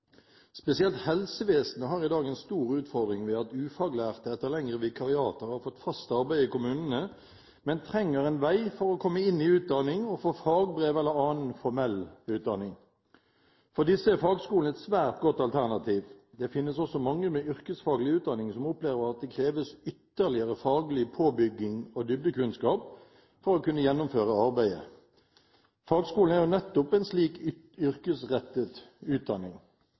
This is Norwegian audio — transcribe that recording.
Spesielt helsevesenet har i dag en stor utfordring ved at ufaglærte etter lengre vikariater har fått fast arbeid i kommunene, men trenger en vei for å komme inn i utdanning og få fagbrev eller annen formell utdanning. For disse er fagskolen et svært godt alternativ. Det finnes også mange med yrkesfaglig utdanning som opplever at det kreves ytterligere faglig påbygging og dybdekunnskap for å kunne gjennomføre arbeidet. Fagskolen er jo nettopp en slik yrkesrettet utdanning.